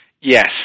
Yes